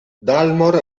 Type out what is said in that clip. dalmor